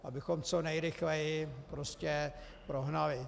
Abychom co nejrychleji prostě prohnali.